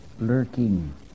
lurking